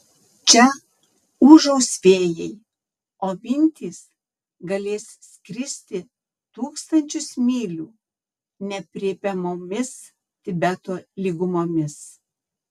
čia ūžaus vėjai o mintys galės skristi tūkstančius mylių neaprėpiamomis tibeto lygumomis